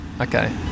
Okay